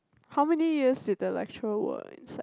how many years did the lecturer work inside